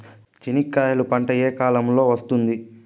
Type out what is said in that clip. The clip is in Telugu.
చెనక్కాయలు పంట ఏ కాలము లో వస్తుంది